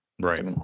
right